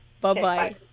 bye-bye